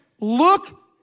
look